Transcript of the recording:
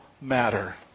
matter